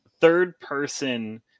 third-person